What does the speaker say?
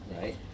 Right